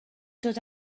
dod